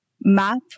map